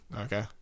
okay